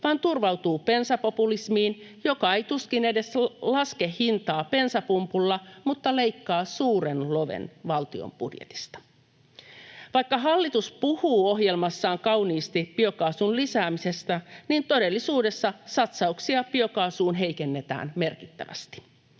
vaan turvautuu bensapopulismiin, joka tuskin edes laskee hintaa bensapumpulla mutta leikkaa suuren loven valtion budjetista. Vaikka hallitus puhuu ohjelmassaan kauniisti biokaasun lisäämisestä, todellisuudessa satsauksia biokaasuun heikennetään merkittävästi.